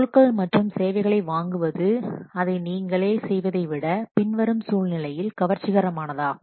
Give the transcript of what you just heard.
பொருட்கள் மற்றும் சேவைகளை வாங்குவது அதை நீங்களே செய்வதை விட பின்வரும் சூழ்நிலையில் கவர்ச்சிகரமானதாகும்